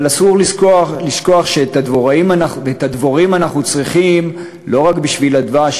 אבל אסור לשכוח שאת הדבוראים אנחנו צריכים לא רק בשביל הדבש,